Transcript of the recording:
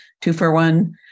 two-for-one